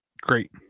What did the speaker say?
Great